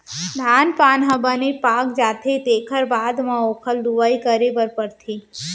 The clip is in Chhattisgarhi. धान पान ह बने पाक जाथे तेखर बाद म ओखर लुवई करे बर परथे